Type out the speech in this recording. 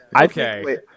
Okay